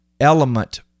element